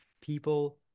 People